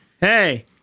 Hey